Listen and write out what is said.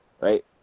Right